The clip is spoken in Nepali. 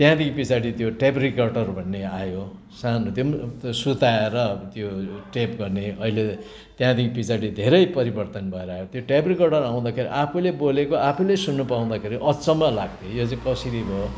त्यहाँदेखि पछाडि यो टेप रिकर्डर भन्ने आयो सानो त्यो पनि सुताएर अब त्यो टेप गर्ने अहिले त्यहाँदेखि पछाडि धेरै परिवर्तन भएर आयो त्यो टेप रिकर्डर आउँदाखेरि आफैले बोलेको आफैले सुन्न पाउँदाखेरि अचम्म लाग्थ्यो यो चाहिँ कसरी भयो